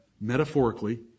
metaphorically